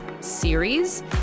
series